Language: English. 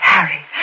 Harry